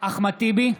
אחמד טיבי,